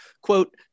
Quote